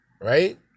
right